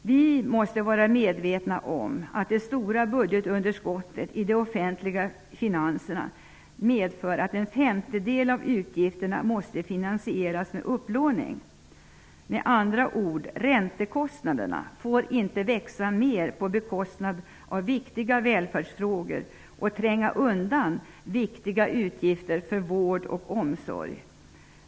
Vi måste vara medvetna om att det stora budgetunderskottet i de offentliga finanserna medför att en femtedel av utgifterna måste finansieras med upplåning. Med andra ord: Räntekostnaderna får inte växa mer på bekostnad av viktiga välfärdsfrågor och tränga undan viktiga utgifter för vård och omsorg.